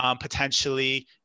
potentially